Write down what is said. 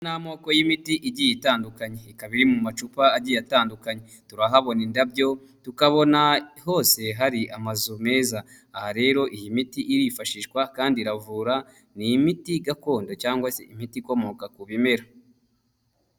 Ni amoko y'imiti igiye itandukanye. Ikaba iri mu macupa agiye atandukanye turahabona indabyo, tukabona hose hari amazu meza. Aha rero iyi miti irifashishwa kandi iravura ni imiti gakondo cyangwa se imiti ikomoka ku bimera.